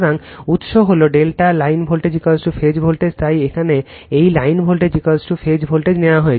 সুতরাং উত্স হল ∆ লাইন ভোল্টেজ ফেজ ভোল্টেজ তাই এখানে এটি লাইন ভোল্টেজ ফেজ ভোল্টেজ নেওয়া হয়েছে